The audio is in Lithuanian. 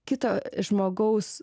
kito žmogaus